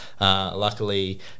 luckily